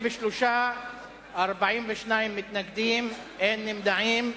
23 בעד, 42 נגד, אין נמנעים.